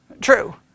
true